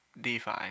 DeFi